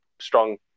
strong